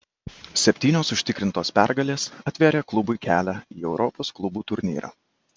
septynios užtikrintos pergalės atvėrė klubui kelią į europos klubų turnyrą